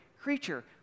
creature